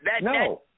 No